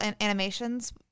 animations